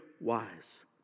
wise